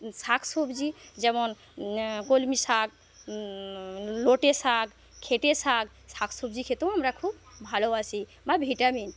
শাক সবজি যেমন কলমি শাক লটে শাক খেটে শাক শাক সবজি খেতেও আমরা খুব ভালোবাসি বা ভিটামিন